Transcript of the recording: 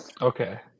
Okay